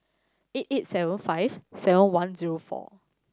eight eight seven five seven one zero four